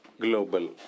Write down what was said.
global